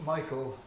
Michael